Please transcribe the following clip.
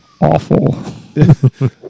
awful